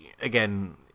again